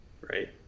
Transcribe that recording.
right